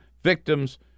victims